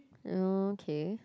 mm K